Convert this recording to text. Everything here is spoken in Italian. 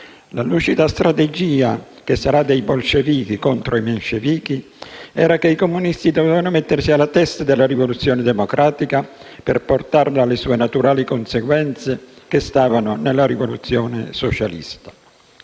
La lucida strategia, che sarà dei bolscevichi contro i menscevichi, era che i comunisti dovevano mettersi alla testa della rivoluzione democratica per portarla alle sue naturali conseguenze, che stavano nella rivoluzione socialista.